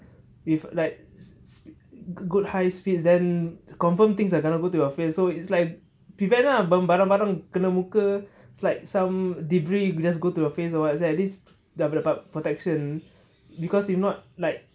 with like good high speed then confirm things are gonna go to your face so it's like prevent ah ba~ barang-barang kena muka like some debris you just go to uh face what's that at least apa dia ada protection because if not like